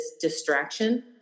distraction